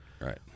right